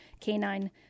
canine